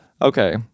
Okay